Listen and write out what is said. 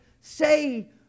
say